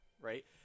right